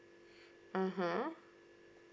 mmhmm